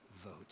vote